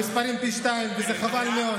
המספרים פי שניים, וזה חבל מאוד.